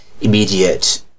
immediate